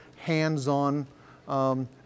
hands-on